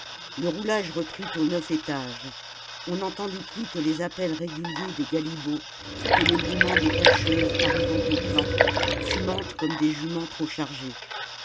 le roulage reprit aux neuf étages on n'entendit plus que les appels réguliers des galibots et que l'ébrouement des herscheuses arrivant au plan fumantes comme des juments trop chargées